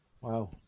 Wow